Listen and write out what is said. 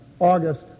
August